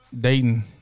Dayton